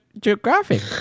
Geographic